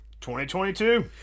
2022